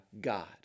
God